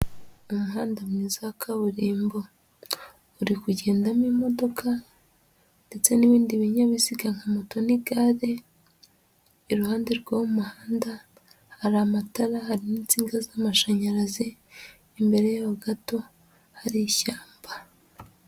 Umuhanda mwiza kaburimbo, uri kugendamo imodoka ndetse n'ibindi binyabiziga nka moto n'igare, iruhande rw'uwo muhanda hari amatara, harimo n'insinga z'amashanyarazi, imbere yaho gato hari ishyamba.